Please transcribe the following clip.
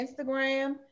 Instagram